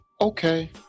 Okay